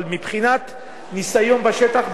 אבל מבחינת ניסיון בשטח,